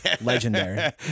Legendary